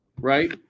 right